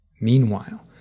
Meanwhile